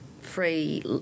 free